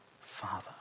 Father